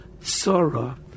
sorrow